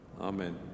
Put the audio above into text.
Amen